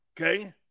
Okay